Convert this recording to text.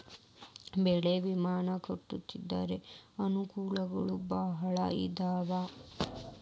ಬೆಳೆ ವಿಮಾ ಕಟ್ಟ್ಕೊಂತಿದ್ರ ಅನಕೂಲಗಳು ಬಾಳ ಅದಾವ